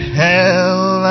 hell